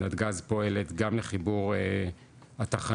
נתג"ז פועלת גם לחיבור התחנות,